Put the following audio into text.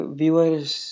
viewers